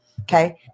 Okay